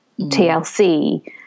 TLC